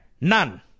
none